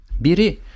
Biri